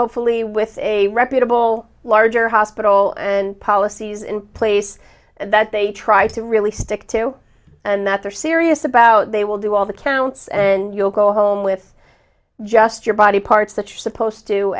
hopefully with a reputable larger hospital and policies in place that they try to really stick to and that they're serious about they will do all the counts and you'll go home with just your body parts that you're supposed to